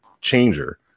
changer